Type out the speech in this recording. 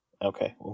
Okay